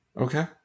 Okay